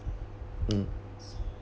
mm